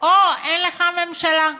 או אין לך ממשלה.